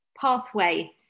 pathway